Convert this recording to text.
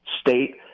state